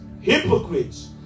hypocrites